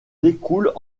découlent